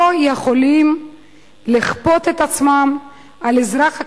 לא יכולים לכפות את עצמם על האזרח הקטן,